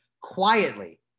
Quietly